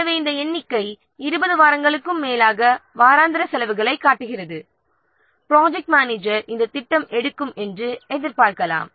எனவே இந்த எண்ணிக்கை 20 வாரங்களுக்கும் மேலாக வாராந்திர செலவுகளைக் காட்டுகிறது ப்ராஜெக்ட் மேனேஜர் இந்த ப்ராஜெக்ட் நன்றாக வரும் என எதிர்பார்க்கலாம்